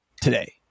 today